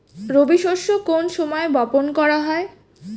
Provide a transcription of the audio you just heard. রবি শস্য কোন সময় বপন করা হয়?